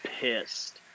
pissed